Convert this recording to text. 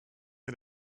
ihr